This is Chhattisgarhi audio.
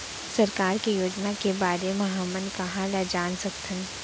सरकार के योजना के बारे म हमन कहाँ ल जान सकथन?